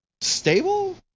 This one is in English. stable